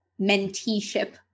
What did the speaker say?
menteeship